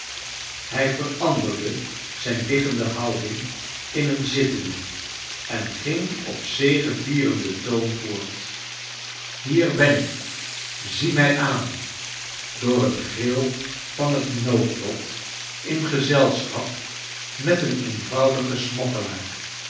hij veranderde zijn liggende houding in een zittende en ging op ze gevi'erenden toon voort kleine dorrit iiier ben ik i zie mij aan door een gril van het noodlot in gozelschap met een eenvoudigen